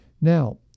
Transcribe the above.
Now